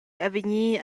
avegnir